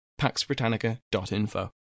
paxbritannica.info